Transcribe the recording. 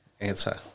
answer